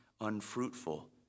unfruitful